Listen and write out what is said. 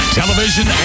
television